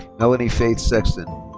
melanie faith sexton.